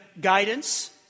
guidance